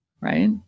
right